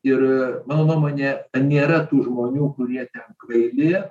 ir mano nuomone nėra tų žmonių kurie ten kvaili